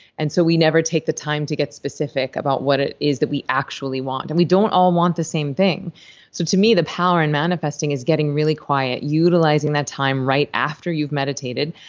and so we never take the time to get specific about what it is that we actually want, and we don't all want the same thing so to me, the power in manifesting is getting really quiet, utilizing that time right after you've meditated,